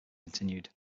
continued